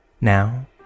Now